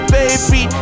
baby